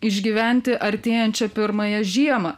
išgyventi artėjančią pirmąją žiemą